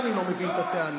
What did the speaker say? הוא גם חבר כנסת.